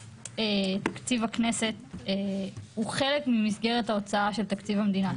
תקציב הכנסת הוא חלק ממסגרת ההוצאה של תקציב המדינה.